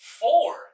four